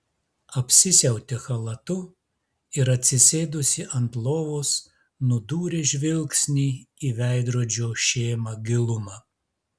apsisiautė chalatu ir atsisėdusi ant lovos nudūrė žvilgsnį į veidrodžio šėmą gilumą